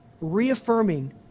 reaffirming